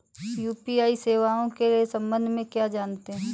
UPI सेवाओं के संबंध में क्या जानते हैं?